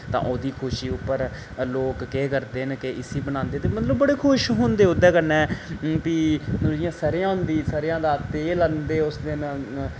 तां ओह्दी खुशी उप्पर लोक केह् करदे न के इसी बनांदे ते मतलब बड़े खुश होंदे ओह्दे कन्नै फ्ही जियां सरेयां होंदी सरेयां दा तेल आह्नदे उस दिन